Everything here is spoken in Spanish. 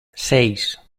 seis